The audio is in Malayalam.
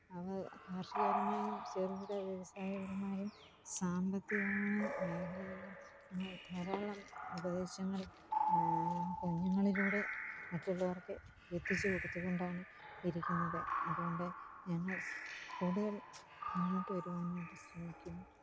അവ കാര്ഷികപരമായും ചെറുകിട വ്യവസായപരമായും സാമ്പത്തികമായ മേഖലകളിലും ഞങ്ങള് ധാരാളം ഉപദേശങ്ങള് കുഞ്ഞുങ്ങളിലൂടെ മറ്റുള്ളവര്ക്ക് എത്തിച്ചുകൊടുത്തുകൊണ്ടാണ് ഇരിക്കുന്നത് അതുകൊണ്ട് ഞങ്ങള് കൂടുതല് മുന്നോട്ട് വരുവാനായിട്ട് ശ്രമിക്കുന്നു